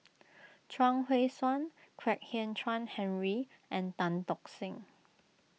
Chuang Hui Tsuan Kwek Hian Chuan Henry and Tan Tock Seng